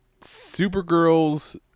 Supergirl's